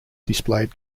displayed